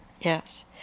yes